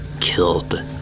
killed